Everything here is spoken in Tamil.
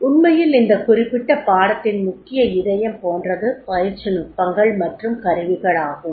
உண்மையில் இந்த குறிப்பிட்ட பாடத்தின் முக்கிய இதயம் போன்றது பயிற்சி நுட்பங்கள் மற்றும் கருவிகளாகும்